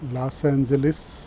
Los Angeles